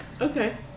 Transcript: Okay